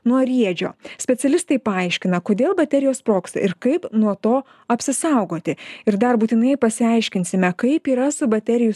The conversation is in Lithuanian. nuo riedžio specialistai paaiškina kodėl baterijos sprogsta ir kaip nuo to apsisaugoti ir dar būtinai pasiaiškinsime kaip yra su baterijų